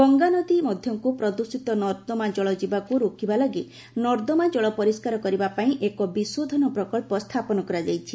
ଗଙ୍ଗା ନଦୀ ମଧ୍ୟକୁ ପ୍ରଦୃଷିତ ନର୍ଦ୍ଦମା ଜଳ ଯିବାକୁ ରୋକିବା ଲାଗି ନର୍ଦ୍ଦମା ଜଳ ପରିଷ୍କାର କରିବା ପାଇଁ ଏକ ବିଷୋଧନ ପ୍ରକଳ୍ପ ସ୍ଥାପନ କରାଯାଇଛି